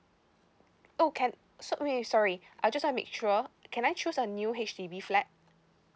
oh can so wait wait sorry I just want to make sure can I choose a new H_D_B flat